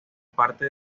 parte